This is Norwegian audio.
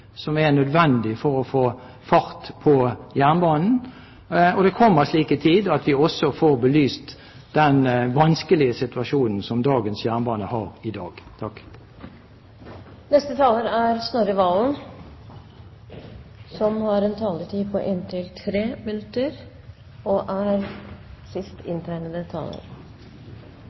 som er nødvendig for å få fart på jernbanen, og det kommer slik i tid at vi også får belyst den vanskelige situasjonen som jernbanen i dag er i. Neste taler er Snorre Serigstad Valen, som har en taletid på inntil 3 minutter.